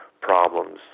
problems